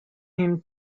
him